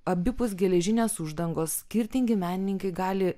abipus geležinės uždangos skirtingi menininkai gali